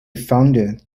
founded